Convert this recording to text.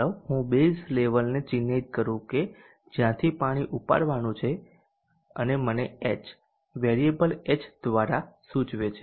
ચાલો હું બેઝ લેવલને ચિહ્નિત કરું કે જ્યાંથી પાણી ઉપાડવાનું છે અને મને H વેરિયેબલ એચ દ્વારા સૂચવે છે